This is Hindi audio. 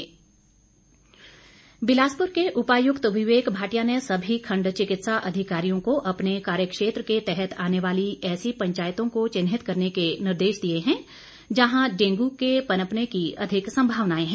डेंगू बिलासपुर के उपायुक्त विवेक भाटिया ने सभी खंड चिकित्सा अधिकारियों को अपने कार्यक्षेत्र के तहत आने वाली ऐसी पंचायतों को चिन्हित करने के निर्देश दिए है जहां डेंगू के पनपने की अधिक संभावनाएं हैं